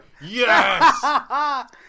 Yes